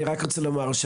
אני רק רוצה לומר,